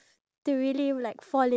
positive